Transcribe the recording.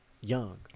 young